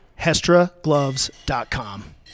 hestragloves.com